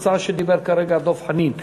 ההצעה שעליה דיבר כרגע דב חנין.